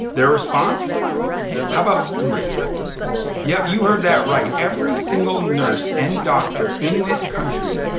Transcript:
their response how about three yep. you heard that right. every single nurse and doctor in this country,